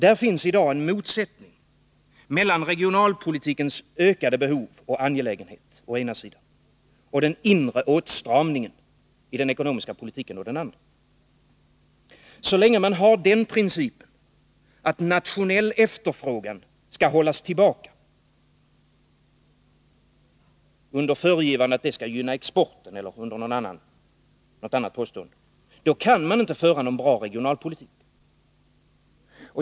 Där finns i dag en motsättning mellan regionalpolitikens ökade behov och angelägenhet å ena sidan och den inre åtstramningen i den ekonomiska politiken å den andra. Så länge man har den principen, att nationell efterfrågan skall hållas tillbaka, under föregivande att det skall gynna exporten eller något annat påstående, kan man inte föra någon bra regionalpolitik.